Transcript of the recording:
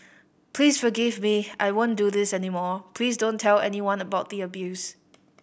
please forgive me I won't do this any more please don't tell anyone about the abuse